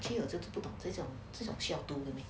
我都不懂这种这种需要读